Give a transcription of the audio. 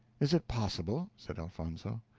is it possible? said elfonzo.